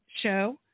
show